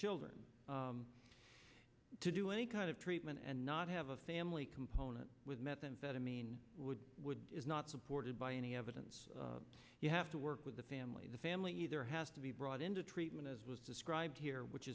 children to do any kind of treatment and not have a family component with methamphetamine would would is not supported by any evidence you have to work with the family the family either has to be brought into treatment as was described here which